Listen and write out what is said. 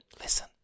listen